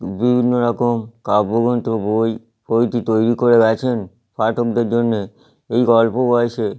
বিভিন্ন রকম কাব্যগ্রন্থ বই প্রভৃতি তৈরি করে গেছেন পাঠকদের জন্যে এই অল্প বয়সে